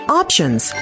options